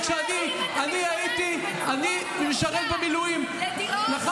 אני הייתי לוחם